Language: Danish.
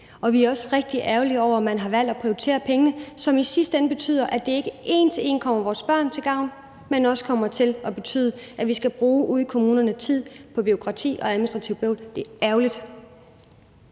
Vi er også rigtig ærgerlige over, at man har valgt at prioritere pengene på en måde, som i sidste ende betyder, at det ikke en til en kommer vores børn til gavn, men også kommer til at betyde, at vi ude i kommunerne skal bruge tid på bureaukrati og administrativt bøvl. Det er ærgerligt!